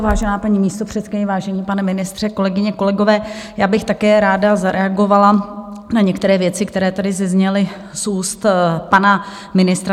Vážená paní místopředsedkyně, vážený pane ministře, kolegyně, kolegové, já bych také ráda zareagovala na některé věci, které tady zazněly z úst pana ministra.